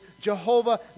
Jehovah